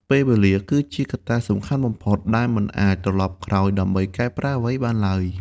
ពេលវេលាគឺជាកត្តាសំខាន់បំផុត ដែលមិនអាចត្រលប់ក្រោយដើម្បីកែប្រែអ្វីបានឡើយ។